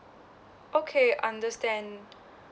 okay understand